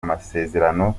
amasezerano